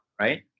right